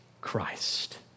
Christ